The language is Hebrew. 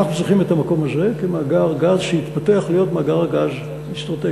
אנחנו צריכים את המקום הזה כמאגר גז שיתפתח להיות מאגר גז אסטרטגי,